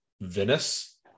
venice